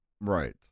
Right